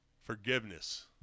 Forgiveness